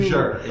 Sure